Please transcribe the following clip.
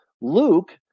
Luke